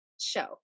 show